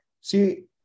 see